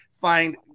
find